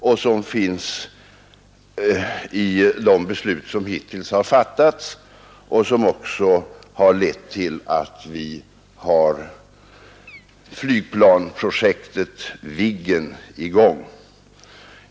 Det har kommit till uttryck i de beslut som hittills har fattats, och det har också lett till att vi har flygplansprojektet Viggen i gång.